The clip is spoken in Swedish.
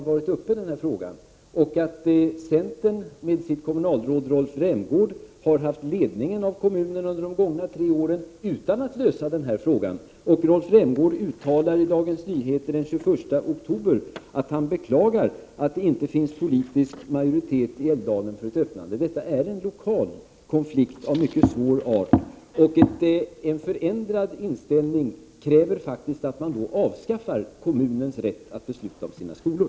Centern med sitt kommunalråd Rolf Rämgård har haft ledningen av kommunen under de tre gångna åren utan att lösa den här frågan. Rolf Rämgård uttalade i Dagens Nyheter den 21 oktober att han beklagar att det inte finns politisk majoritet i Älvdalen för ett öppnande. Detta är en lokal konflikt av mycket svår art. En förändrad inställning kräver faktiskt att man avskaffar kommunens rätt att besluta om sina skolor.